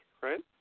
right